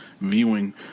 viewing